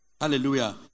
Hallelujah